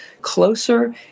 closer